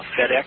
FedEx